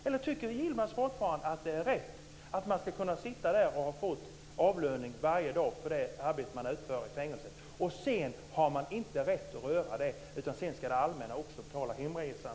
Eller tycker Yilmaz fortfarande att det är rätt att man ska kunna få avlöning varje dag för det arbete som man utför i fängelset och att man sedan inte har rätt att röra pengarna utan att det allmänna också ska betala hemresan?